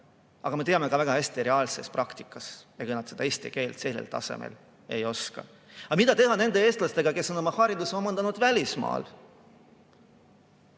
Aga me teame väga hästi reaalses praktikas, ega nad eesti keelt sellel tasemel ei oska. Aga mida teha nende eestlastega, kes on hariduse omandanud välismaal?